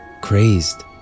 crazed